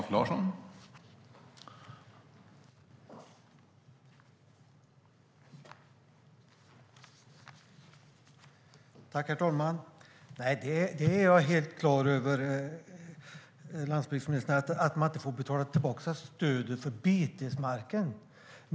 Herr talman! Jag är helt klar över, landsbygdsministern, att man inte behöver betala tillbaka stödet för betesmarken.